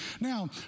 Now